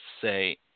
say